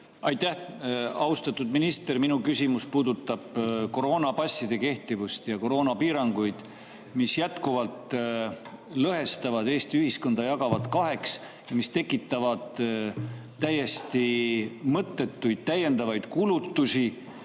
Aitäh! Austatud minister! Minu küsimus puudutab koroonapasside kehtivust ja koroonapiiranguid, mis jätkuvalt lõhestavad Eesti ühiskonda, jagavad kaheks. Need tekitavad täiesti mõttetuid täiendavaid kulutusi,